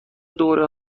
دوره